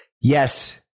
Yes